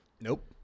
Nope